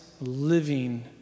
living